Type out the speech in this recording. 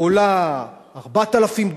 עולה 4,000 דולר,